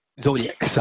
zodiac